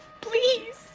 please